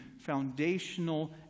foundational